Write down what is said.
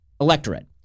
electorate